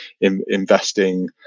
investing